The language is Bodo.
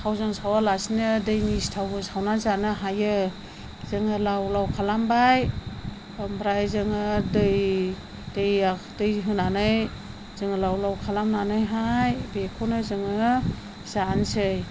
थावजों सावालासिनो दैनि सिथावबो सावना जानो हायो जोङो लाव लाव खालामबाय ओमफ्राय जोङो दै दैयाव दै होनानै जोङो लाव लाव खालामनानैहाय बेखौनो जोङो जानोसै